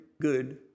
good